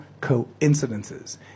coincidences